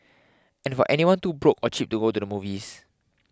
and for anyone too broke or cheap to go to the movies